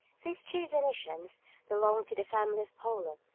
these two venetians belonged to the family of polo,